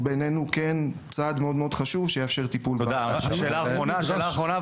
הוא בעינינו צעד חשוב מאוד שיאפשר טיפול --- שאלה אחרונה.